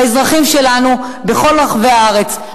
באזרחים שלנו בכל רחבי הארץ,